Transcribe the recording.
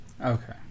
Okay